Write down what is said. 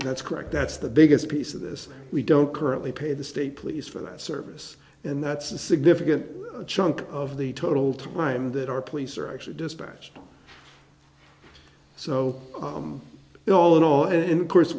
and that's correct that's the biggest piece of this we don't currently pay the state police for that service and that's a significant chunk of the total time that our police are actually dispatched so all in all and of course